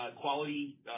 quality